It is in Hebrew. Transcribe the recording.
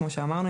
כמו שאמרנו,